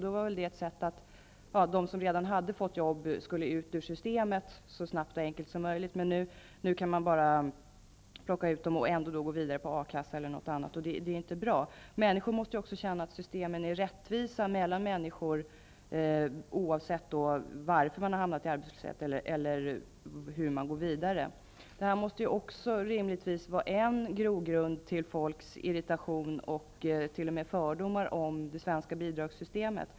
Då var det väl meningen att de som redan hade fått jobb skulle ut ur systemet så snabbt och enkelt som möjligt. Men nu kan man bara plocka ut dessa pengar och ändå fortsätta att få pengar från A-kassan eller något annat. Det är inte bra. Människor måste också känna att systemen är rättvisa mellan människor oavsett varför de har hamnat i arbetslöshet och hur de går vidare. Detta måste rimligtvis vara en grogrund till människors irritation och t.o.m. fördomar om det svenska bidragssystemet.